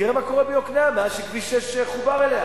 תראה מה קורה ביוקנעם מאז חובר אליה